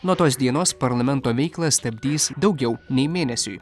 nuo tos dienos parlamento veiklą stabdys daugiau nei mėnesiui